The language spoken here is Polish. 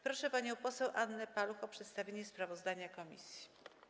Proszę panią poseł Annę Paluch o przedstawienie sprawozdania komisji.